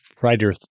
writer